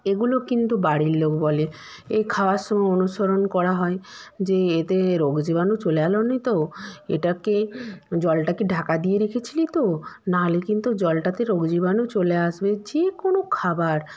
এগুলো কিন্তু বাড়ির লোগ বলে এ খাওয়ার সময় অনুসরণ করা হয় যে এতে রোগ জীবাণু চলে এলো নি তো এটাকে জলটা কি ঢাকা দিয়ে রেখেছিলি তো না হলে কিন্তু জলটাতে রোগ জীবাণু চলে আসবে যে কোনো খাবার